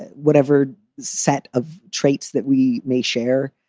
whatever set of traits that we may share,